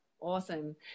Awesome